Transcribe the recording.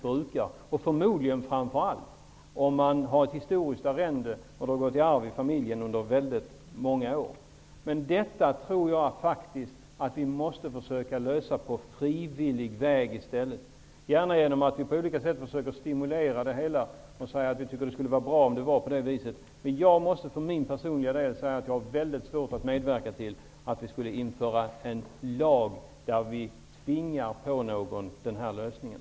Detta gäller säkert framför allt om man har ett historiskt arrende som har gått i arv i familjen under väldigt många år. Jag tror faktiskt att vi måste lösa det här på frivillig väg i stället. Vi kan gärna försöka stimulera utvecklingen på olika sätt genom att tala om att vi tycker att vissa saker skulle vara bra. För min personliga del måste jag säga att jag har mycket svårt att medverka till att vi skulle införa en lag där vi tvingar på någon den här lösningen.